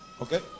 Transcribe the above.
Okay